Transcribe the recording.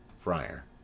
FRIAR